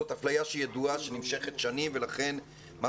זאת אפליה ידועה שנמשכת שנים ולכן מה